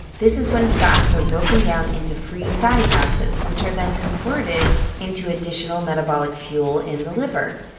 this is when fats are broken down into free fatty acids which are then converted into additional metabolic fuel in the liver.